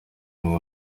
imwe